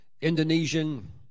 Indonesian